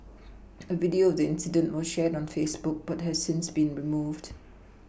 a video of the incident was shared on Facebook but has since been removed